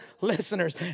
listeners